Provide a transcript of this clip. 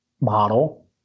model